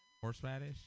Horseradish